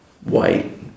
white